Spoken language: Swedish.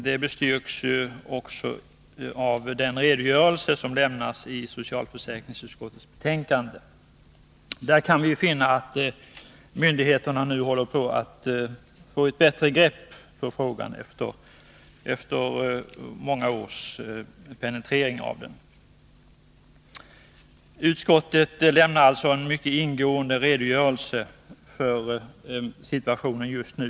Det bestyrks av den redogörelse som lämnats i socialförsäkringsutskottets betänkande. Där kan vi finna att myndigheterna nu håller på att få ett bättre grepp om frågan efter många års penetrering. Utskottet lämnar alltså en mycket ingående redogörelse för hur situationen är just nu.